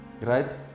Right